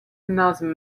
another